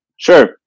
Sure